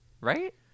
right